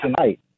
tonight